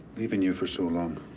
leaving you for so long.